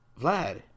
Vlad